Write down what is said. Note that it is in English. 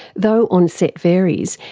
though onset varies,